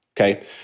okay